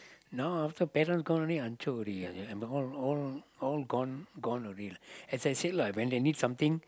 no after parents gone already hancur all all all gone gone already lah as I said lah when they need something